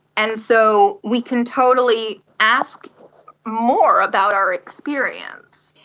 and so we can totally ask more about our experience.